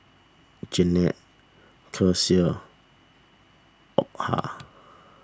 Jeannette Kecia Opha